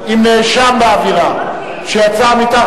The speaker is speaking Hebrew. נעשים על-ידי משרד